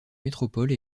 métropole